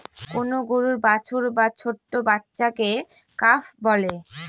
কোন গরুর বাছুর বা ছোট্ট বাচ্চাকে কাফ বলে